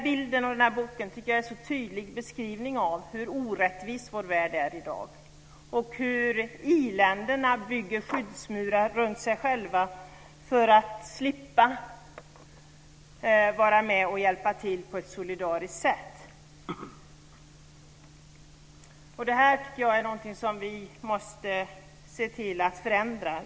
Bilden som ges i boken är en så tydlig beskrivning av hur orättvis vår värld är i dag. I-länderna bygger skyddsmurar runt sig själva för att slippa vara med och hjälpa till på ett solidariskt sätt. Detta är något som vi måste se till att förändra.